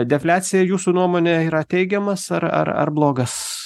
defliacija jūsų nuomone yra teigiamas ar ar ar blogas